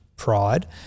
pride